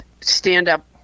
stand-up